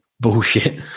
Bullshit